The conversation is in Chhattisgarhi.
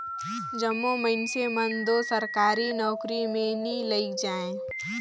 जम्मो मइनसे मन दो सरकारी नउकरी में नी लइग जाएं